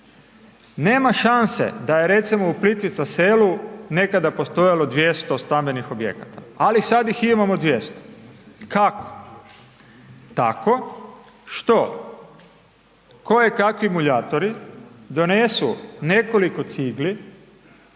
Nema šanse da je recimo u Plitvice selu nekada postojalo 200 stambenih objekata ali sad ih imamo 200, kako? Tako što kojekakvi muljatori donesu nekoliko cigli,